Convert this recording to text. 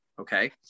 Okay